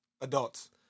Adults